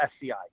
SCI